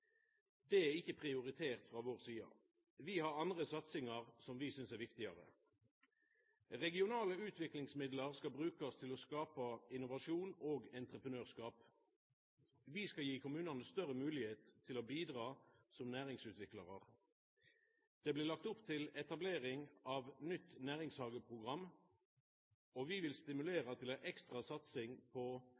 Det er ikkje prioritert frå vår side. Vi har andre satsingar som vi synest er viktigare. Regionale utvekslingsmidlar skal brukast til å skapa innovasjon og entreprenørskap. Vi skal gi kommunane større moglegheit til å bidra som næringsutviklarar. Det blir lagt opp til etablering av eit nytt næringshageprogram, og vi vil stimulera til ei ekstra satsing på